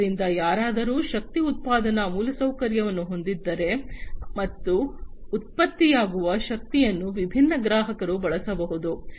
ಆದ್ದರಿಂದ ಯಾರಾದರೂ ಶಕ್ತಿ ಉತ್ಪಾದನಾ ಮೂಲಸೌಕರ್ಯವನ್ನು ಹೊಂದಿದ್ದಾರೆ ಮತ್ತು ಉತ್ಪತ್ತಿಯಾಗುವ ಶಕ್ತಿಯನ್ನು ವಿಭಿನ್ನ ಗ್ರಾಹಕರು ಬಳಸಬಹುದು